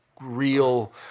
real